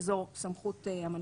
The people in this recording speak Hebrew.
שזו סמכות המנכ"ל,